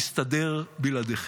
נסתדר בלעדיכם.